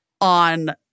on